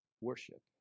Worship